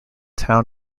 town